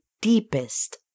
deepest